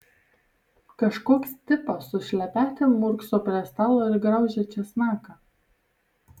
kažkoks tipas su šlepetėm murkso prie stalo ir graužia česnaką